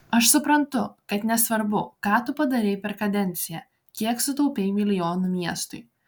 aš suprantu kad nesvarbu ką tu padarei per kadenciją kiek sutaupei milijonų miestui